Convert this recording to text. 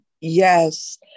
Yes